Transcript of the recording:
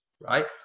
right